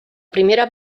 primera